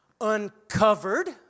Uncovered